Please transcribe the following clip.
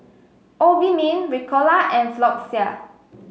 Obimin Ricola and Floxia